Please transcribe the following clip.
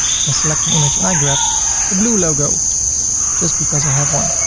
i can select an image and i grab the blue logo just because i have one.